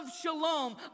shalom